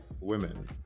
women